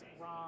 wrong